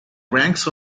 ranks